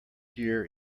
year